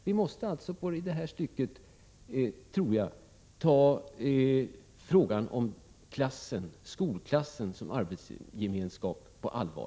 Vi måste i det stycket, tror jag, ta frågan om skolklassen som arbetsgemenskap på allvar.